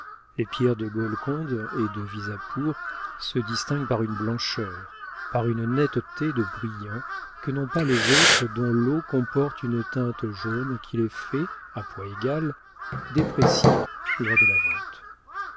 les pierres de golconde et de visapour se distinguent par une blancheur par une netteté de brillant que n'ont pas les autres dont l'eau comporte une teinte jaune qui les fait à poids égal déprécier lors de la vente